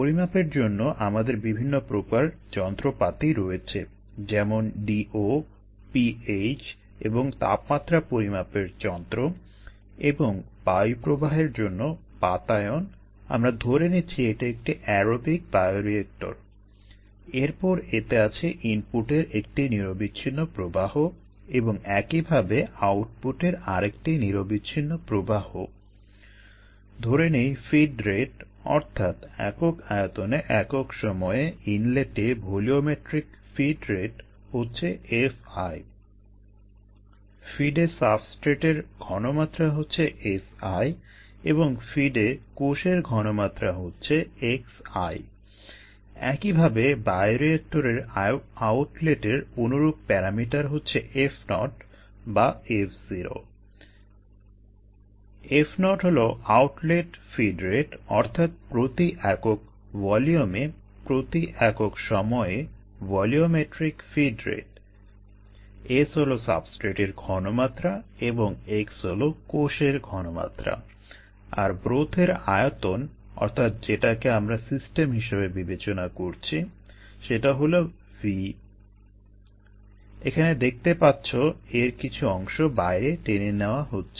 পরিমাপের জন্য আমাদের বিভিন্ন প্রকার যন্ত্রপাতি রয়েছে যেমন DO pH এবং তাপমাত্রা পরিমাপের যন্ত্র এবং বায়ু প্রবাহের জন্য বাতায়ন আমরা ধরে নিচ্ছি এটা একটি অ্যারোবিক হলো V এখানে দেখতে পাচ্ছো এর কিছু অংশ বাইরে টেনে নেওয়া হচ্ছে